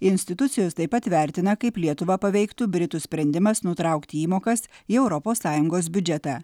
institucijos taip pat vertina kaip lietuvą paveiktų britų sprendimas nutraukti įmokas į europos sąjungos biudžetą